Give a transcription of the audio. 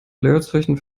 leerzeichen